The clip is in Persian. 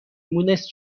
مونس